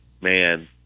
man